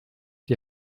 die